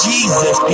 Jesus